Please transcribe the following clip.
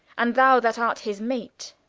and thou that art his mate,